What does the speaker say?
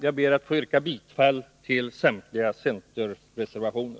Jag ber att få yrka bifall till samtliga centerreservationer.